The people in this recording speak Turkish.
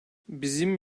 bizim